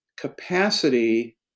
capacity